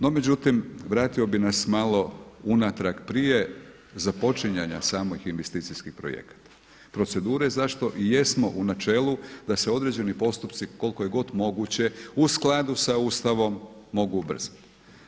No međutim, vratio bih nas malo unatrag prije započinjanja samih investicijskih projekata, procedure zašto i jesmo u načelu da se određeni postupci koliko je god moguće u skladu sa Ustavom mogu ubrzati.